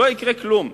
לא יקרה כלום.